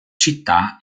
città